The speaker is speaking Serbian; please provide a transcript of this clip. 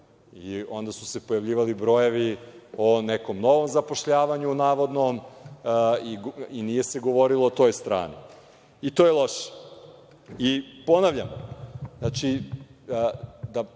Onda su se pojavljivali brojevi o nekom novom zapošljavanju navodnom i nije se govorilo o toj strani. To je loše. Ponavljam,